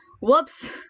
Whoops